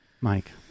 Mike